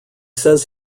says